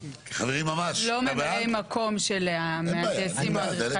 לא ממלאי מקום של המהנדסים והאדריכלים אלא חברים.